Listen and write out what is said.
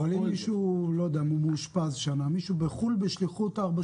אבל אם מישהו מאושפז שנה, או מישהו בשליחות בחו"ל